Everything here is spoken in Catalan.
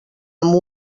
amb